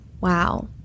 Wow